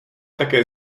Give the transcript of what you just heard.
také